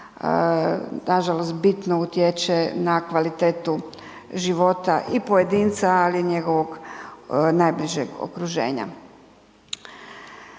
nažalost bitno utječe na kvalitetu života i pojedinca, ali i njegovog najbližeg okruženja.